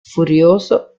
furioso